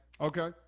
Okay